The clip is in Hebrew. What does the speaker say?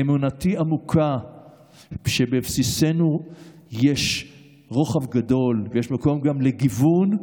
אמונתי עמוקה שבבסיסנו יש רוחב גדול ויש מקום גם לגיוון,